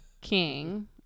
king